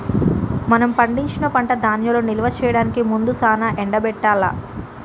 మనం పండించిన పంట ధాన్యాలను నిల్వ చేయడానికి ముందు సానా ఎండబెట్టాల్ల